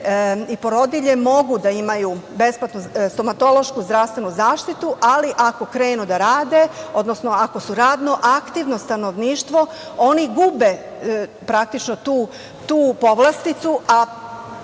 i trudnice mogu da imaju besplatnu stomatološku zdravstvenu zaštitu, ali ako krenu da rade, ako su radno aktivno stanovništvo, oni gube praktično tu povlastiću, a